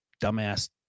dumbass